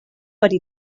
wedi